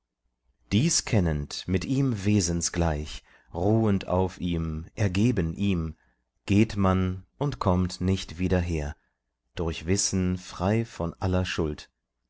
dies kennend mit ihm wesensgleich ruhend auf ihm ergeben ihm geht man und kommt nicht wieder her durch wissen frei von aller schuld